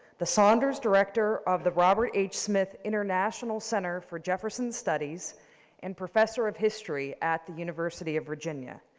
the saunders director of the robert h. smith international center for jefferson studies and professor of history at the university of virginia.